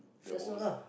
the old